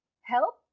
help